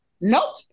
Nope